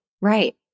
Right